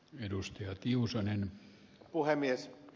arvoisa herra puhemies